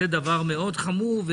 זה דבר מאוד חמור.